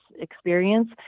experience